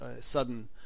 sudden